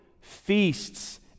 feasts